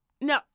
no